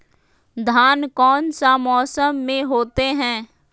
धान कौन सा मौसम में होते है?